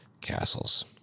Castles